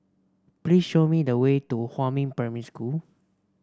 please show me the way to Huamin Primary School